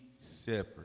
separate